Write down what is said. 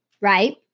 right